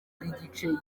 bw’igice